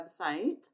website